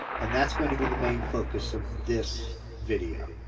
and that's going to be the main focus of this video.